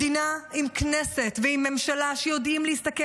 מדינה עם כנסת ועם ממשלה שיודעים להסתכל